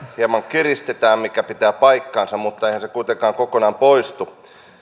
hieman kiristetään se pitää paikkansa mutta eihän se kuitenkaan kokonaan poistu